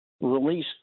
release